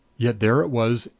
yet there it was,